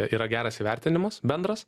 yra geras įvertinimas bendras